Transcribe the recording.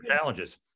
challenges